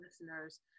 listeners